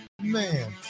man